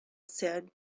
said